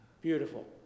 Beautiful